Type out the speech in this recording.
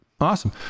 Awesome